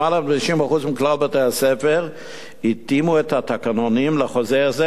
למעלה מ-90% מכלל בתי-הספר התאימו את התקנונים לחוזר זה,